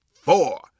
four